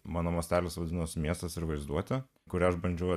mano miestelis vadinosi miestas ir vaizduotę kurią aš bandžiau